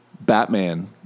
Batman